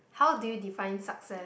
how do you define success